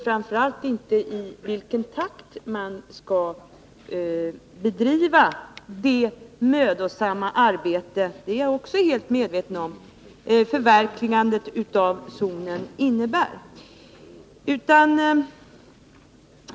Framför allt är vi inte överens om i vilken takt man skall bedriva det mödosamma arbete — jag är medveten om att det är mödosamt — som förverkligandet av zonen innebär.